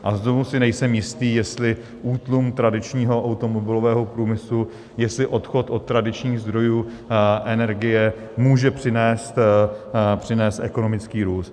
A znovu si nejsem jistý, jestli útlum tradičního automobilového průmyslu, jestli odchod od tradičních zdrojů energie může přinést ekonomický růst.